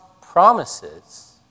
promises